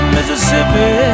Mississippi